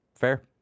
Fair